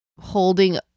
holding